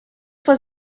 was